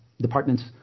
departments